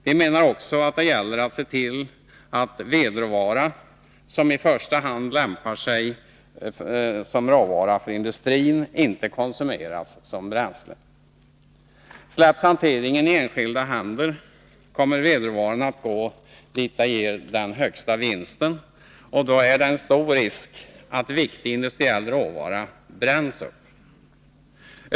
Vi anser vidare att det gäller att se till att vedråvara, som i första hand lämpar sig för industrin, inte konsumeras som bränsle. Släpps hanteringen i enskilda händer kommer vedråvaran att gå dit där den ger den högsta vinsten, och då är det stor risk att viktig industriell råvara bränns upp.